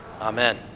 Amen